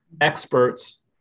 experts